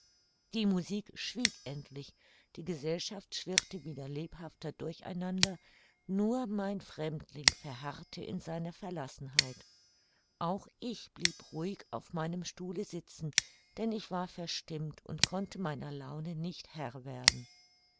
die musik schwieg endlich die gesellschaft schwirrte wieder lebhafter durch einander nur mein fremdling verharrte in seiner verlassenheit auch ich blieb ruhig auf meinem stuhle sitzen denn ich war verstimmt und konnte meiner laune nicht herr werden